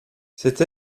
cette